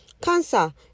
cancer